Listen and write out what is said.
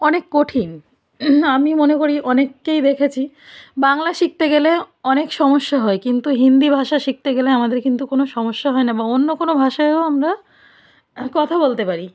অনেক কঠিন আমি মনে করি অনেককেই দেখেছি বাংলা শিখতে গেলে অনেক সমস্যা হয় কিন্তু হিন্দি ভাষা শিখতে গেলে আমাদের কিন্তু কোনো সমস্যা হয় না বা অন্য কোনো ভাষায়ও আমরা কথা বলতে পারি